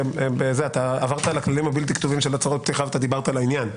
אתה עברה על הכללים הבלתי כתובים של הצהרות פתיחה ודיברת לעניין,